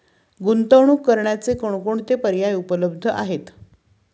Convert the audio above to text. गुंतवणूक करण्याचे कोणकोणते पर्याय उपलब्ध आहेत?